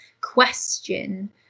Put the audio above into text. question